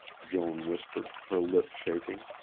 joan whispered, her lips shaking.